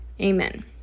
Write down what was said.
Amen